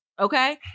Okay